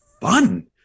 fun